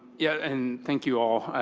yeah and thank you all.